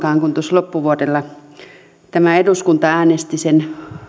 loppuvuonna kun tämä eduskunta äänesti sen